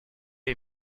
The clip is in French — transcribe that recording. est